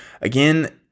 again